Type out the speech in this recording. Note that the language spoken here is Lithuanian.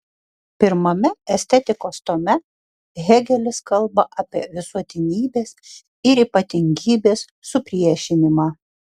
pirmame estetikos tome hėgelis kalba apie visuotinybės ir ypatingybės supriešinimą